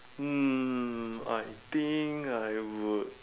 hmm I think I would